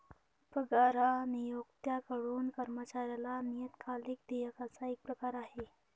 पगार हा नियोक्त्याकडून कर्मचाऱ्याला नियतकालिक देयकाचा एक प्रकार आहे